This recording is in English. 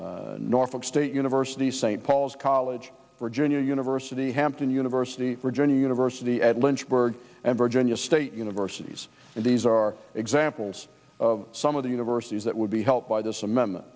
norfolk state university st paul's college virginia university hampton university virginia university at lynchburg virginia state universities these are examples of some of the universities that would be helped by this amendment